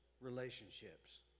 relationships